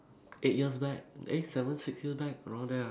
eight years back eh seven six year back around there ah